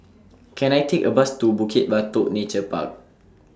Can I Take A Bus to Bukit Batok Nature Park